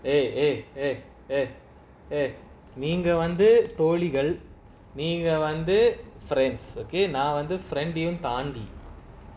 eh eh eh eh eh நீங்கவந்துதோழிகள்நீங்கவந்து:neenga vandhu tholigal neenga vandhu friends நான்வந்து:nan vandhu friend ayum தாண்டி:thandi